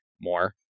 more